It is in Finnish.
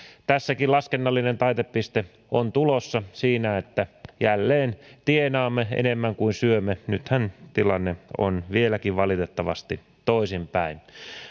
tässäkin laskennallinen taitepiste on tulossa siinä että jälleen tienaamme enemmän kuin syömme nythän tilanne on vieläkin valitettavasti toisinpäin